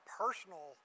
personal